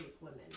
women